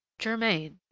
germain,